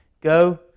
Go